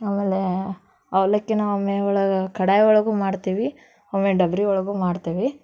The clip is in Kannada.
ಆಮೇಲೆ ಅವ್ಲಕ್ಕೀನ ಒಮ್ಮೆ ಒಳ ಕಡಾಯಿ ಒಳಗೂ ಮಾಡ್ತೀವಿ ಆಮೇಲೆ ಡಬರಿ ಒಳಗೂ ಮಾಡ್ತೀವಿ